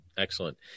Excellent